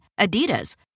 Adidas